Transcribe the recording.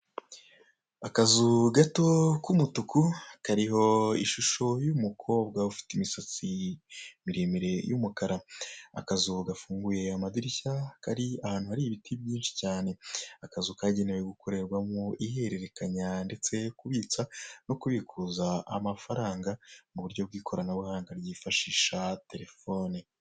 Akazu gato k'umutuku, kariho ishusho y'umukobwa ufite imisatsi miremire y'umukara. Akazu gafunguye amadirishya kari ahantu hari ibiti byinshi cyane. Akazu kagenewe gukorerwamo ihererekanya ndetse kubitsa no kubikuza amafaranga mu buryo bw'ikoranabuhanga ryifashisha telefoni.